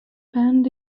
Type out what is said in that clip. band